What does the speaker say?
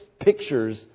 pictures